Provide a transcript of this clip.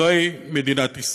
זוהי מדינת ישראל.